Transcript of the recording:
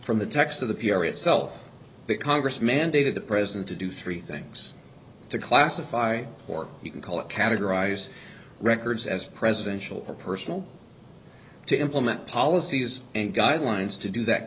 from the text of the p r itself that congress mandated the president to do three things to classify or you can call it categorize records as presidential or personal to implement policies and guidelines to do that